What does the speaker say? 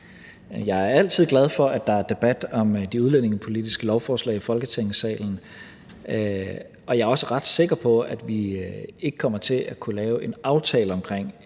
Jeg er altid glad for, at der er debat om de udlændingepolitiske lovforslag i Folketingssalen, og jeg er også ret sikker på, at vi ikke kommer til at kunne lave en aftale om